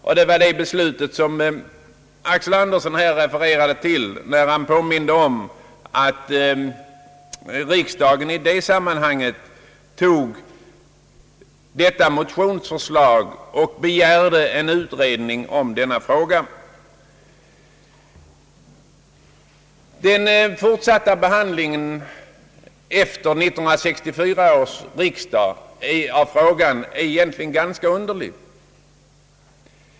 Det var riksdagens beslut med anledning av denna motion som herr Axel Andersson refererade till när han påminde om att riksdagen i det sammanhanget biträdde motionsförslaget och begärde en utredning i denna fråga. Den fortsatta behandlingen av frågan efter 1964 års riksdag är egentligen ganska underlig.